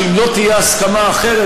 שאם לא תהיה הסכמה אחרת,